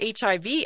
HIV